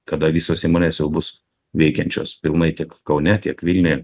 kada visos įmonės jau bus veikiančios pilnai tiek kaune tiek vilniuje